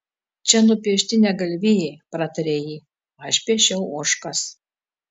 čia nupiešti ne galvijai pratarė ji aš piešiau ožkas